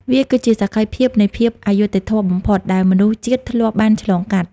វាគឺជាសក្ខីភាពនៃភាពអយុត្តិធម៌បំផុត ដែលមនុស្សជាតិធ្លាប់បានឆ្លងកាត់។